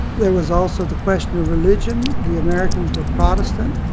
there was also the question of religion. the americans were protestant.